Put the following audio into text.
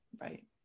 Right